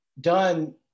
done